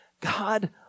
God